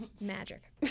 Magic